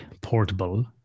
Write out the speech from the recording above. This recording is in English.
portable